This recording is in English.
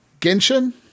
Genshin